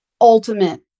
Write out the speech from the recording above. ultimate